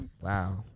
Wow